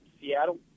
Seattle